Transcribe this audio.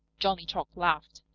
johnny chuck laughed.